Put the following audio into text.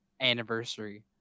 anniversary